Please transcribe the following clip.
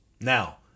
Now